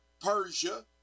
Persia